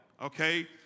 Okay